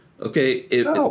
Okay